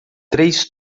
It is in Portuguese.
três